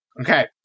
Okay